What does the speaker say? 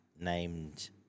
named